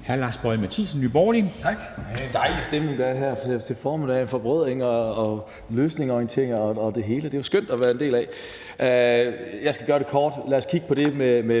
(Ordfører) Lars Boje Mathiesen (NB): Tak. Det er jo en dejlig stemning, der er her til formiddag med forbrødring, løsningsorientering og det hele, og det er jo skønt at være en del af. Jeg skal gøre det kort: Lad os kigge på det